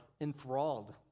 enthralled